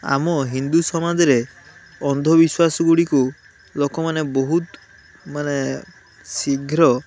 ଆମ ହିନ୍ଦୁ ସମାଜରେ ଅନ୍ଧବିଶ୍ୱାସଗୁଡ଼ିକୁ ଲୋକମାନେ ବହୁତ ମାନେ ଶୀଘ୍ର